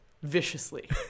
Viciously